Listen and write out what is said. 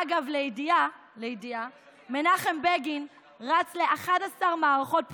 אגב, לידיעה, מנחם בגין רץ ל-11 מערכות בחירות,